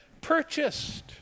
purchased